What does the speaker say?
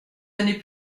années